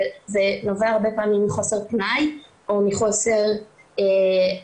זה נובע הרבה פעמים מחוסר פנאי, או מחוסר יכולת,